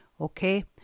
Okay